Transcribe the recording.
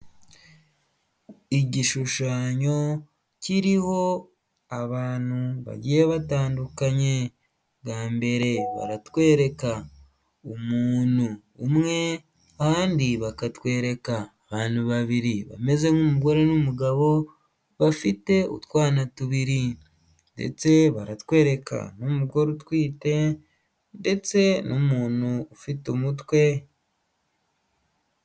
Igishushanyo kiriho abantu bagiye batandukanye, bwa mbere baratwereka umuntu umwe ahandi bakatwereka abantu babiri bameze nk'umugore n'umugabo, bafite utwana tubiri, ndetse baratwereka n'umugore utwite ndetse n'umuntu ufite umutwe.